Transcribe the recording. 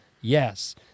Yes